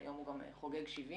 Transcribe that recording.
שהיום הוא חוגג 70